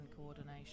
coordination